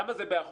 כמה זה באחוזים?